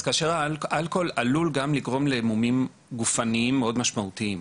אז האלכוהול עלול גם לגרום למומים גופניים מאוד משמעותיים,